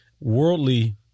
worldly